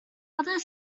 other